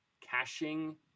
caching